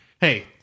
Hey